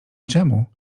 czemu